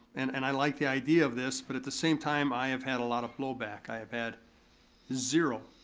and and i like the idea of this, but at the same time, i have had a lot of blowback, i have had zero